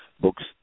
books